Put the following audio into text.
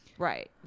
Right